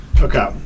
Okay